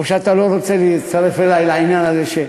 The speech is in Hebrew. או שאתה לא רוצה להצטרף אלי לעניין הזה,